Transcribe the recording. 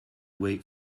wait